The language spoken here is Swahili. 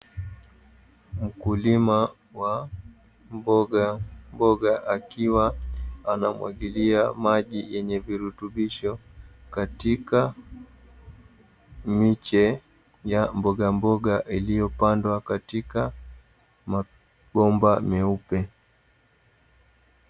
Mkulima wa mbogamboga akiwa anamwagilia maji yenye virutubisho katika miche ya mbogamboga iliyopandwa katika mabomba meupe.